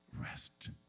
rest